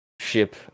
ship